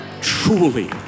Truly